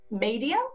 media